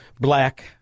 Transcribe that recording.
black